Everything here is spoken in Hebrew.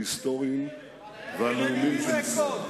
ההיסטוריים והלאומיים של ישראל.